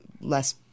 less